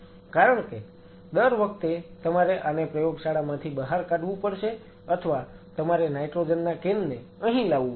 કારણ કે દર વખતે તમારે આને પ્રયોગશાળામાંથી બહાર કાઢવું પડશે અથવા તમારે નાઈટ્રોજન ના કેન ને અહી લાવવું પડશે